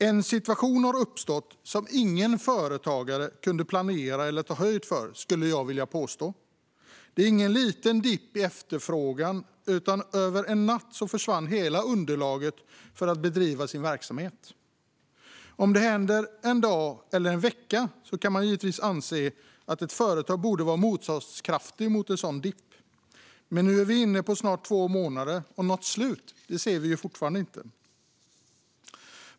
En situation har uppstått som ingen företagare kunde planera eller ta höjd för, skulle jag vilja påstå. Det är ingen liten dipp i efterfrågan, utan över en natt försvann hela underlaget för att bedriva verksamhet. Om det händer en dag eller en vecka kan man givetvis anse att ett företag borde vara motståndskraftigt mot en sådan dipp. Men nu är vi snart inne på två månader, och något slut ser vi fortfarande inte.